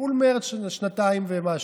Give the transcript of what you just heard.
אולמרט, שנתיים ומשהו.